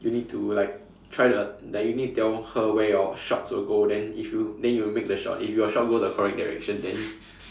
you need to like try the like you need to tell her where your shots will go then if you then you make the shot if your shot go the correct direction then